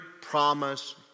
promise